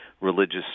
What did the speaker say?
religious